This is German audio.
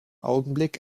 augenblick